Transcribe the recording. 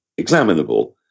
examinable